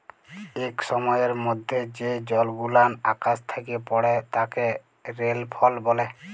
ইক সময়ের মধ্যে যে জলগুলান আকাশ থ্যাকে পড়ে তাকে রেলফল ব্যলে